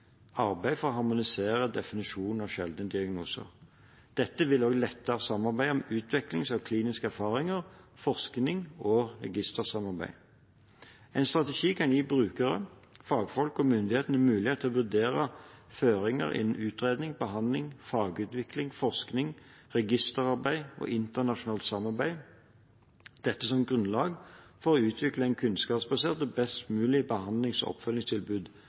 arbeid for å harmonisere definisjonen av sjeldne diagnoser. Dette vil også lette samarbeidet om utveksling av kliniske erfaringer, forskning og registersamarbeid. En strategi kan gi brukere, fagfolk og myndighetene mulighet til å vurdere føringer innen utredning, behandling, fagutvikling, forskning, registerarbeid og internasjonalt samarbeid – dette som grunnlag for å utvikle et kunnskapsbasert og best mulig behandlings- og oppfølgingstilbud